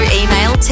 email